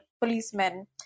policemen